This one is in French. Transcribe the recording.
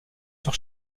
sur